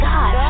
God